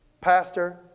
pastor